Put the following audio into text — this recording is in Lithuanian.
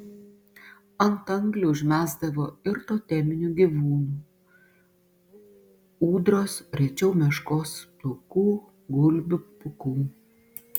ant anglių užmesdavo ir toteminių gyvūnų ūdros rečiau meškos plaukų gulbių pūkų